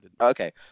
okay